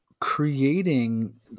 creating